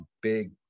big